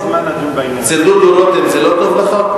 אצל דודו רותם זה לא טוב לך?